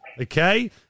Okay